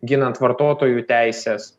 ginant vartotojų teises